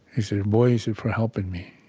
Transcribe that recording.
sort of boy, so for helping me,